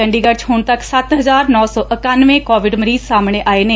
ਚੰਡੀਗੜ੍ਹ 'ਚ ਹੁਣ ਤੱਕ ਸੱਤ ਹਜਾਰ ਨੌ ਸੌ ਇਕਾਨਵੇਂ ਕੋਵਿਡ ਮਰੀਜ ਸਾਹਮਣੇ ਆਏ ਨੇ